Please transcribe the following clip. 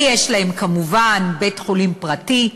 ויש להם כמובן בית-חולים פרטי.